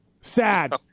Sad